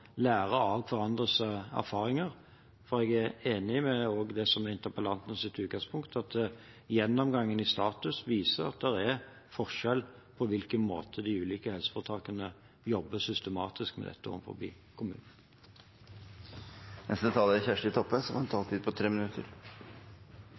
lærer av hverandres erfaringer. Jeg er enig med det som er interpellantens utgangspunkt, at gjennomgangen i status viser at det er forskjell på hvilken måte de ulike helseforetakene jobber systematisk med dette på overfor kommunene. Takk til statsråden. Eg oppfattar at statsråden er tydeleg og har forståing for det som